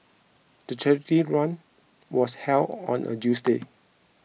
the charity run was held on a Tuesday